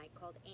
called